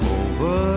over